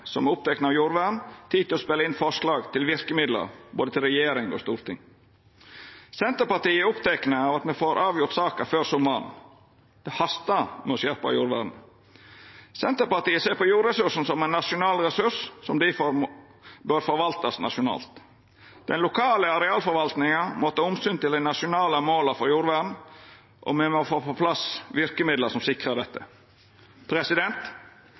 som er opptekne av jordvern, tid til å spela inn forslag til verkemiddel til både regjering og storting. Senterpartiet er opptekne av at me får avgjort saka før sommaren. Det hastar med å skjerpa jordvernet. Senterpartiet ser på jordressursen som ein nasjonal ressurs som difor bør forvaltast nasjonalt. Den lokale arealforvaltninga må ta omsyn til dei nasjonale måla for jordvern, og me må få på plass verkemiddel som sikrar dette.